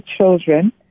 children